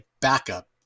backup